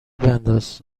بنداز